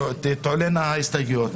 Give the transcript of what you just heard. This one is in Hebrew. תועלינה ההסתייגויות,